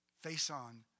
face-on